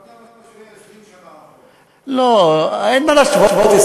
למה לא היה לפני 20 שנה, לא, אין מה להשוות.